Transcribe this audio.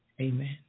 Amen